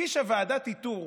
ועדת איתור